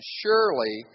surely